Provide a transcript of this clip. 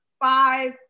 five